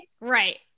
Right